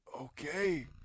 Okay